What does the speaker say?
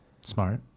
smart